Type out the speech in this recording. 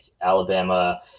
Alabama